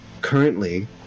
currently